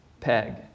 peg